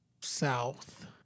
south